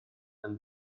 and